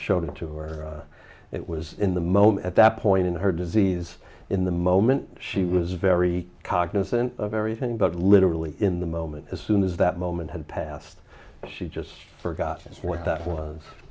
showed it to where it was in the moment at that point in her disease in the moment she was very cognizant of everything but literally in the moment as soon as that moment had passed she just forgotten what that was